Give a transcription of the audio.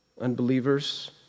unbelievers